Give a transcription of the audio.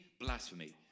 blasphemy